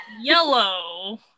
yellow